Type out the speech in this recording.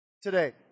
today